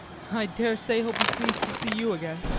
i daresay he'll be pleased to see you again